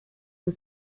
and